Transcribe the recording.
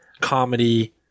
comedy